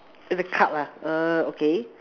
the card lah err okay